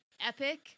epic